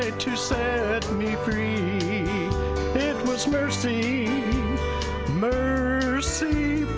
ah to set me free it was mercy mercy